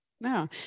no